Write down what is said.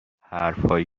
حرفهایی